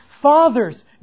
Fathers